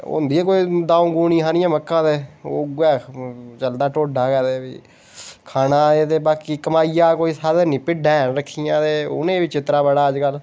होदियां कोई द'ऊं गुनिया हारियां मक्कां ते उयै चलदा टोडा गै ते फ्ही खाने ऐ ते बाकी कमाई दा कोई साधन नेईं भिड्डां हैन रक्खी दियां ते उनेंगी बी चित्तरा बड़ा ऐ अज्जकल